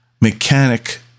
mechanic